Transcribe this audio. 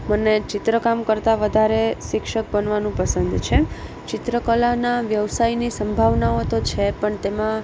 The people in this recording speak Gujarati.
મને ચિત્રકામ કરતાં વધારે શિક્ષક બનવાનું પસંદ છે ચિત્રકલાના વ્યવસાયની સંભાવનાઓ તો છે પણ તેમાં